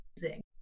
amazing